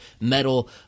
Metal